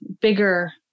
bigger